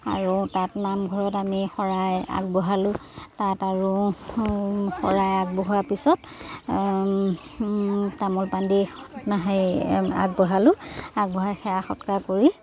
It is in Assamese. আৰু তাত নামঘৰত আমি শৰাই আগবঢ়ালোঁ তাত আৰু শৰাই আগবঢ়োৱাৰ পিছত তামোল পাণ দি না হেৰি আগবঢ়ালোঁ আগবঢ়াই সেৱা সৎকাৰ কৰি